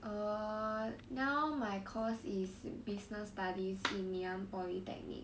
err now my course is business studies in ngee ann polytechnic